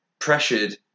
pressured